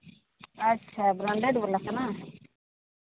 ᱟᱪᱷᱟ ᱵᱨᱮᱱᱰᱮᱰ ᱵᱟᱞᱟ ᱠᱟᱱᱟ